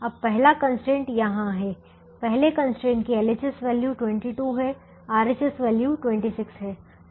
अब पहला कंस्ट्रेंट यहाँ है पहले कंस्ट्रेंट की LHS वैल्यू 22 है RHS वैल्यू 26 है